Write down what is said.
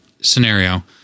scenario